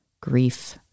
Grief